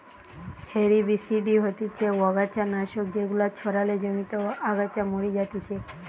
herbicide হতিছে অগাছা নাশক যেগুলা ছড়ালে জমিতে আগাছা মরি যাতিছে